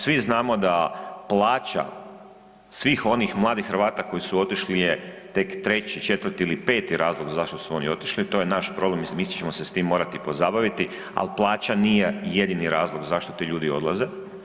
Svi znamo plaća svih onih mladih Hrvata koji su otišli je tek 3, 4 ili 5 razlog zašto su oni otišli, to je naš problem i mi ćemo se s tim morati pozabaviti, ali plaća nije jedini razlog zašto ti ljudi odlaze.